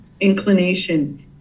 inclination